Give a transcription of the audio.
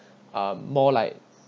um more like